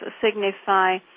signify